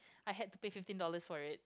I had to pay fifteen dollars for it